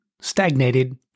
stagnated